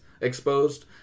exposed